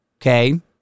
Okay